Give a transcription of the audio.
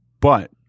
But-